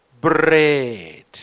bread